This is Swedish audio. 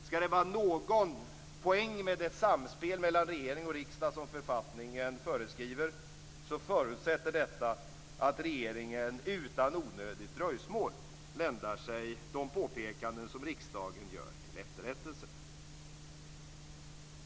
Ska det vara någon poäng med det samspel mellan regering och riksdag som författningen föreskriver förutsätter detta att regeringen utan onödigt dröjsmål ländar sig de påpekanden som riksdagen gör till efterrättelse.